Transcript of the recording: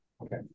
Okay